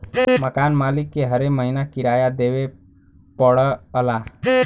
मकान मालिक के हरे महीना किराया देवे पड़ऽला